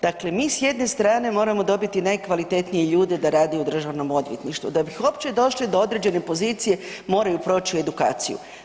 Dakle, mi s jedne strane moramo dobiti najkvalitetnije ljude da rade u državnom odvjetništvu, da bi uopće došli do određene pozicije moraju proći edukaciju.